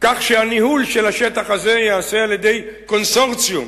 כך שאת השטח הזה ינהל קונסורציום: